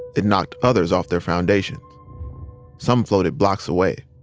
it knocked others off their foundations some floated blocks away.